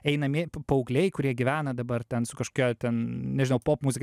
einamie pa paaugliai kurie gyvena dabar ten su kažkokia ten nežinau pop muzika